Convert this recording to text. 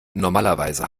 normalerweise